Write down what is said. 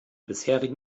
bisherigen